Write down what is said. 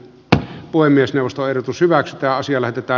tähän voi myös nostoehdotus hyväksytä asialle pitää